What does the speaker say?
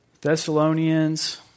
Thessalonians